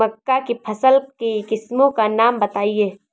मक्का की फसल की किस्मों का नाम बताइये